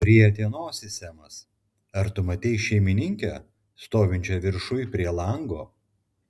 rietė nosį semas ar tu matei šeimininkę stovinčią viršuj prie lango